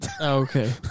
Okay